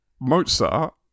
Mozart